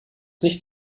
nicht